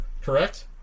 correct